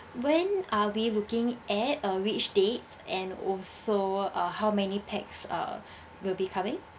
when are we looking at uh which dates and also uh how many pax uh will be coming